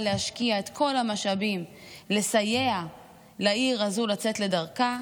להשקיע את כל המשאבים לסייע לעיר הזו לצאת לדרכה: